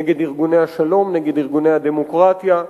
נגד ארגוני השלום, נגד ארגוני הדמוקרטיה,